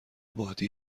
بادی